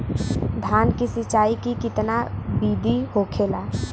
धान की सिंचाई की कितना बिदी होखेला?